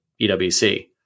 EWC